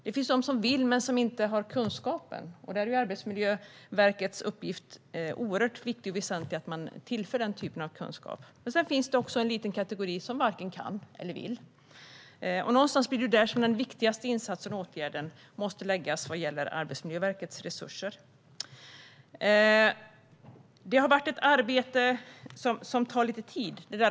Det finns de som vill men som inte har kunskapen, och där är Arbetsmiljöverkets uppgift oerhört viktig och väsentlig: att tillföra den typen av kunskap. Men sedan finns det också en liten kategori som varken kan eller vill. Det är dit de viktigaste insatserna och åtgärderna måste riktas vad gäller Arbetsmiljöverkets resurser. Det har varit ett arbete som tagit lite tid.